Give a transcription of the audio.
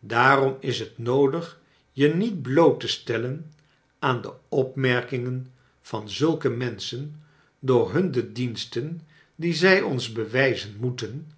daarom is het noodig je niet bloot te stellen aan de opmerkingen van zulke menschen door hun de diensten die zij ons bewijzen moeten